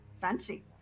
fancy